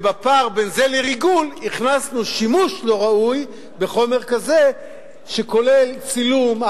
בפער בין זה לריגול הכנסנו שימוש לא ראוי בחומר כזה שכולל צילום,